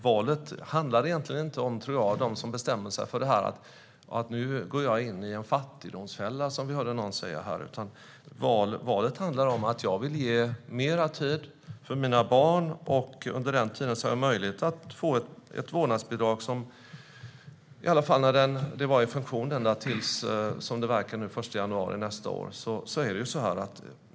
Valet handlar inte om, tror jag, att gå in i en fattigdomsfälla, som jag hörde någon säga här. Valet handlar om att jag vill ge mer tid till mina barn, och under den tiden har jag möjlighet att få ett vårdnadsbidrag, i alla fall fram till, som det verkar, den 1 januari nästa år.